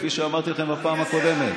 כפי שאמרתי לכם בפעם הקודמת,